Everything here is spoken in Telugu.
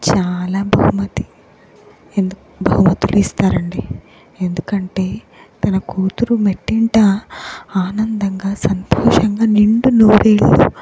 చాలా బహుమతి ఎందు బహుమతులు ఇస్తారండి ఎందుకంటే తన కూతురు మెట్టింట ఆనందంగా సంతోషంగా నిండు నూరేళ్ళు